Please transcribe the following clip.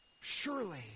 Surely